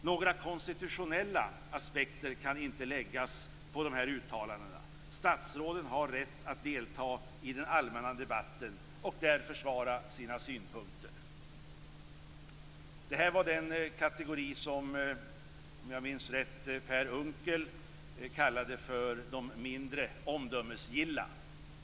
Några konstitutionella aspekter kan inte läggas på de här uttalandena. Statsråden har rätt att delta i den allmänna debatten och att där försvara sina synpunkter. Detta var den kategori av uttalanden som, om jag minns rätt, Per Unckel kallade de mindre omdömesgilla.